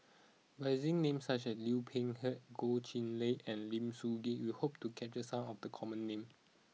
by using names such as Liu Peihe Goh Chiew Lye and Lim Soo Ngee we hope to capture some of the common names